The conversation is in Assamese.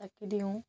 চাকি দিওঁ